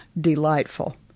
delightful